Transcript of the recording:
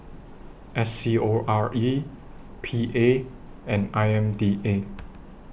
S C O R E P A and I M D A